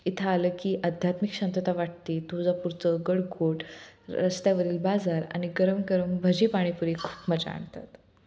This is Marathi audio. इथं आलं की अध्यात्मिक शांतता वाटते तुळजापूरचं गडकोट रस्त्यावरील बाजार आणि गरम गरम भजी पाणीपुरी खूप मजा आणतात